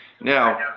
Now